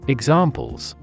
Examples